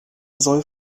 soll